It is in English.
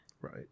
Right